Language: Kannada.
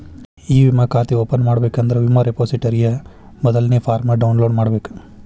ಇ ವಿಮಾ ಖಾತೆ ಓಪನ್ ಮಾಡಬೇಕಂದ್ರ ವಿಮಾ ರೆಪೊಸಿಟರಿಯ ಮೊದಲ್ನೇ ಫಾರ್ಮ್ನ ಡೌನ್ಲೋಡ್ ಮಾಡ್ಬೇಕ